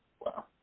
Wow